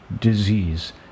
Disease